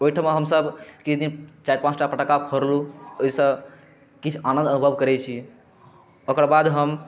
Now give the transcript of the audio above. ओयठमा हमसब किछु दिन चारि पाँच टा फटक्का फोड़ू ओइसँ किछु आनन्द अनुभव करै छी ओकर बाद हम